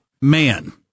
man